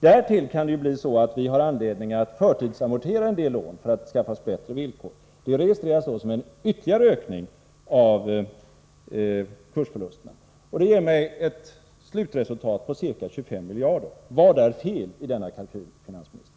Därtill kan det bli så att vi får anledning att förtidsamortera en del lån för att skaffa oss bättre villkor. Detta registreras såsom en ytterligare ökning av kursförlusterna. Det ger mig ett slutresultat på ca 25 miljarder. Vad är fel i denna kalkyl, finansministern?